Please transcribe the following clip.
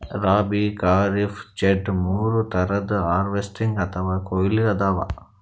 ರಬ್ಬೀ, ಖರೀಫ್, ಝೆಡ್ ಮೂರ್ ಥರದ್ ಹಾರ್ವೆಸ್ಟಿಂಗ್ ಅಥವಾ ಕೊಯ್ಲಿ ಅದಾವ